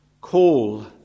Call